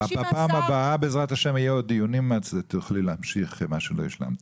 בפעם הבאה יהיו עוד דיונים ותוכלי להמשיך את מה שלא השלמת.